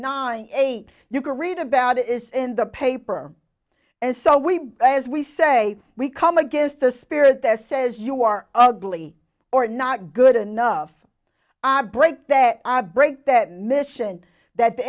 nine eight you can read about is in the paper and so we as we say we come against the spirit that says you are ugly or not good enough i break that i break that mission that the